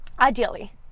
Ideally